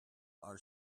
our